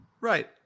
Right